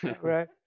Right